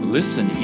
Listen